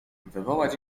wywołać